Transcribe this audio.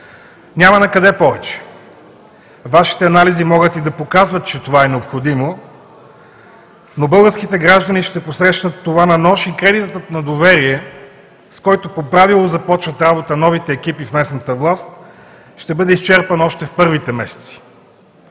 Няма накъде повече! Вашите анализи могат и да показват, че това е необходимо, но българските граждани ще посрещнат това на нож и кредитът на доверие, с който по правило започват работа новите екипи в местната власт, ще бъде изчерпан още в първите месеци.